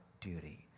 duty